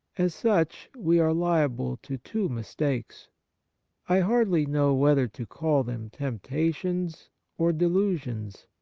as such, we are liable to two mistakes i hardly know whether to call them tempta tions or delusions.